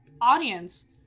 audience